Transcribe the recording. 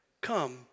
come